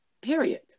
Period